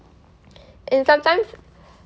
and sometimes